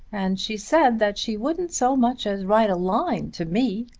and she said that she wouldn't so much as write a line to me.